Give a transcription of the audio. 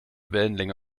wellenlänge